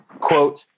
quote